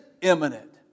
imminent